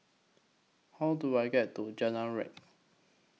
How Do I get to Jalan Riang